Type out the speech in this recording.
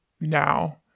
now